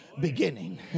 beginning